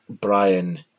Brian